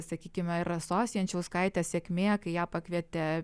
sakykime ir rasos jančiauskaitės sėkmė kai ją pakvietė